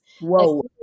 Whoa